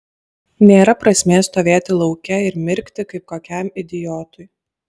nėra prasmės stovėti lauke ir mirkti kaip kokiam idiotui